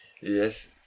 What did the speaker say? yes